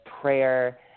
prayer